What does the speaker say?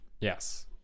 yes